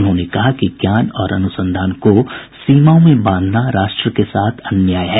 उन्होंने कहा कि ज्ञान और अनुसंधान को सीमाओं में बांधना राष्ट्र के साथ अन्याय है